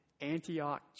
Antioch